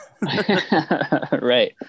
Right